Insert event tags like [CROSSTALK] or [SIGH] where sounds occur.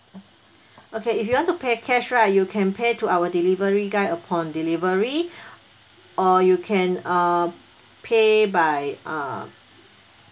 okay if you want to pay cash right you can pay to our delivery guy upon delivery [BREATH] or you can uh pay by uh